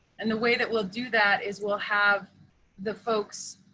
and the way that we'll do that is we'll have the folks